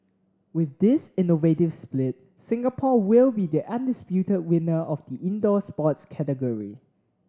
with this innovative split Singapore will be the undisputed winner of the indoor sports category